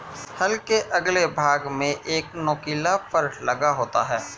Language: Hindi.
हल के अगले भाग में एक नुकीला फर लगा होता है